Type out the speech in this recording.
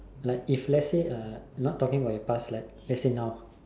like if let's say uh not talking about your past life let's say now